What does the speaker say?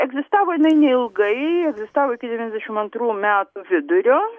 egzistavo jinai neilgai egzistavo iki devyniasdešim antrų metų vidurio